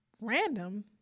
random